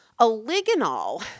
Oligonol